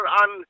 on